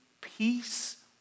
peace